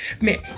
Man